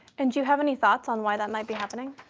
and do you have any thoughts on why that might be happening?